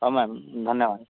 ହଉ ମ୍ୟାମ ଧନ୍ୟବାଦ